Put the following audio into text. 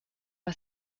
are